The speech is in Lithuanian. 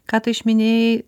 ką tu išminėjai